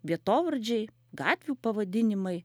vietovardžiai gatvių pavadinimai